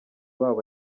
wabo